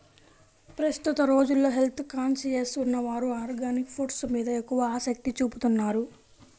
ప్రస్తుత రోజుల్లో health conscious ఉన్నవారు ఆర్గానిక్ ఫుడ్స్ మీద ఎక్కువ ఆసక్తి చూపుతున్నారు